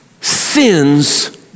Sins